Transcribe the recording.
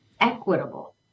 equitable